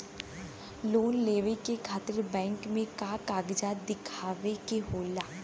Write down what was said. Loan लेवे खातिर bank मे का कागजात दिखावे के होला?